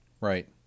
Right